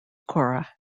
cora